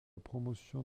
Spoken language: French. promotion